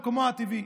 במקומו הטבעי.